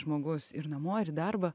žmogus ir namo ir į darbą